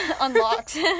unlocked